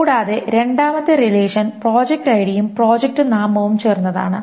കൂടാതെ രണ്ടാമത്തെ relation project ഐഡിയും പ്രോജക്റ്റ് നാമവും ചേർന്നതാണ്